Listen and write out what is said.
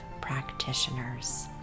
practitioners